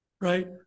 right